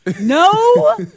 no